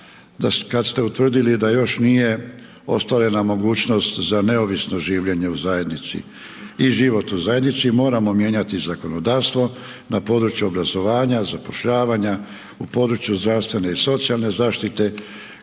kad ste utvrdili da još nije ostvarena mogućnost za neovisno življenje u zajednici i život u zajednici. Moramo mijenjati zakonodavstvo na području obrazovanja, zapošljavanja u području zdravstvene i socijalne zaštite